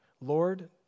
Lord